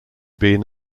been